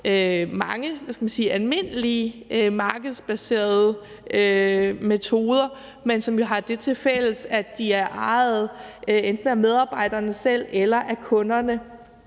mange almindelige markedsbaserede metoder, men som har det tilfælles, at de er ejet enten af medarbejderne selv eller af kunderne.